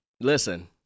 Listen